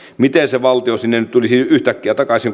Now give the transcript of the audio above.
miten se valtio sinne nyt tulisi yhtäkkiä takaisin